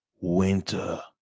winter